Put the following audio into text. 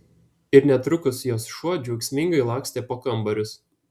ir netrukus jos šuo džiaugsmingai lakstė po kambarius